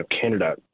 Canada